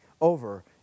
over